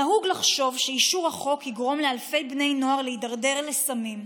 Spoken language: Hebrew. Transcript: נהוג לחשוב שאישור החוק יגרום לאלפי בני נוער להתדרדר לסמים.